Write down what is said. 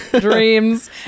dreams